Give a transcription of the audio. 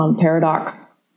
paradox